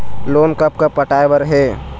Loan कब कब पटाए बर हे?